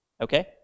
Okay